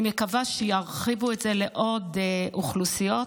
אני מקווה שירחיבו את זה לעוד אוכלוסיות.